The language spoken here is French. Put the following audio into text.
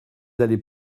allez